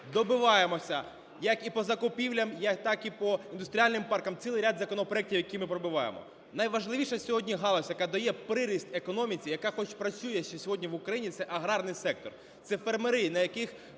добиваємося, як по закупівлям, так і по індустріальним паркам цілий ряд законопроектів, які ми пробиваємо. Найважливіша сьогодні галузь, яка дає приріст економіці, яка хоч працює сьогодні в Україні, – це аграрний сектор. Це фермери, на